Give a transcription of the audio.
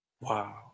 Wow